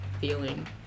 feeling